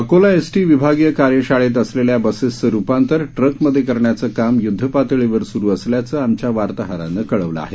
Akola ST विभागीय कार्यशाळेत असलेलया बसेसचं रुपांतर ट्रकमधे करण्याचं काम युद्धपातळीवर सुरु असल्याचं आमच्या वार्ताहरानं कळवलं आहे